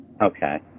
Okay